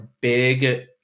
big